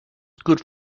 good